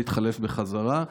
להתחלף בחזרה.